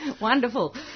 Wonderful